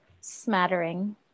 smattering